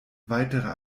weitere